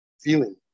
feeling